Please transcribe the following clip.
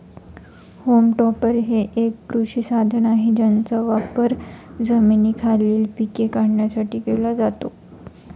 home topper हे एक कृषी साधन आहे ज्याचा वापर जमिनीखालील पिके काढण्यासाठी केला जातो